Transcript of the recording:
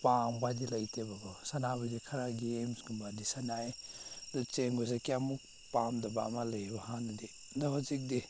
ꯄꯥꯝꯕꯗꯤ ꯂꯩꯇꯦꯕꯀꯣ ꯁꯥꯟꯅꯕꯗꯤ ꯈꯔ ꯒꯦꯝꯁ ꯀꯨꯝꯕꯗꯤ ꯁꯥꯟꯅꯩ ꯑꯗꯨ ꯆꯦꯟꯕꯁꯤ ꯀꯌꯥꯃꯨꯛ ꯄꯥꯝꯗꯕ ꯑꯃ ꯂꯩꯕ ꯍꯥꯟꯅꯗꯤ ꯑꯗꯣ ꯍꯧꯖꯤꯛꯇꯤ